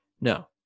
No